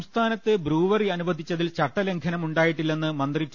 സംസ്ഥാനത്ത് ബ്രൂവറി അനുവദിച്ചതിൽ ചട്ടലംഘനം ഉണ്ടായിട്ടി ല്ലെന്ന് മന്ത്രി ടി